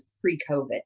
pre-COVID